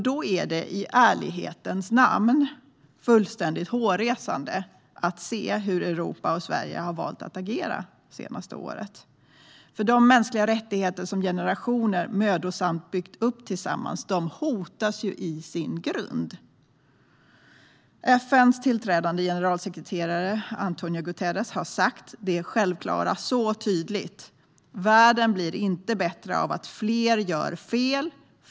Då är det i ärlighetens namn fullständigt hårresande att se hur Europa och Sverige har valt att agera under det senaste året. De mänskliga rättigheter som generationer mödosamt har byggt upp tillsammans hotas i sin grund. FN:s tillträdande generalsekreterare António Guterres har tydligt sagt det självklara: Världen blir inte bättre av att fler gör fel.